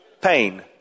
pain